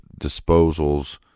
disposals